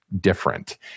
different